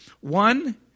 One